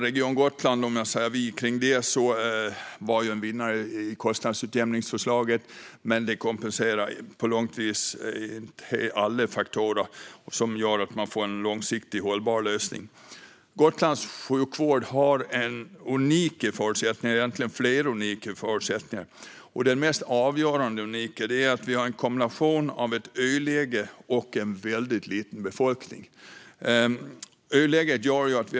Region Gotland var vinnare på det nya kostnadsutjämningssystemet, som kompenserar för vissa faktorer. Men det är långt ifrån helheten för att skapa en långsiktigt hållbar lösning. Gotlands sjukvård har flera unika förutsättningar. Den mest avgörande faktorn, kombinationen öläge och en väldigt liten befolkning, finns det ingen kompensation för.